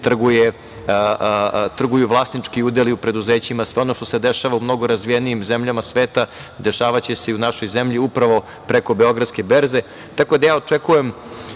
se trguju vlasnički udeli u preduzećima, sve ono što se dešava u mnogo razvijenijim zemljama sveta, dešavaće se i u našoj zemlji, upravo preko ove berze, tako da ja očekujem